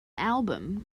album